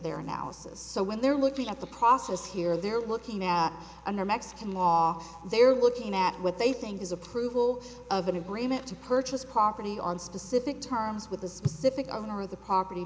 their analysis so when they're looking at the process here they're looking at under mexican law they're looking at what they think is approval of an agreement to purchase property on specific terms with the specific owner of the property